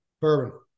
Bourbon